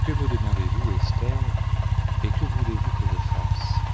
que me demandez-vous etlier et que voulezvous que je fasse